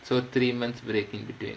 so three months break in between